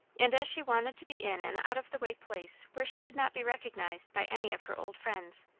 and as she wanted to be in an out-of-the-way place where she would not be recognized by any of her old friends,